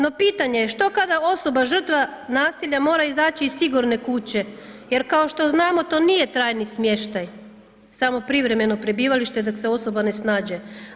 No pitanje je, što kada osoba, žrtva nasilja mora izaći iz sigurne kuće, jer kao što znamo to nije trajni smještaj, samo privremeno prebivalište dok se osoba ne snađe.